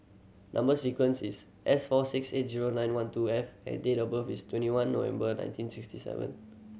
number sequence is S four six eight zero nine one two F and date of birth is twenty one November nineteen sixty seven